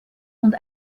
und